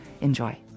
Enjoy